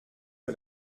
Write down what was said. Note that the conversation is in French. que